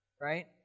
right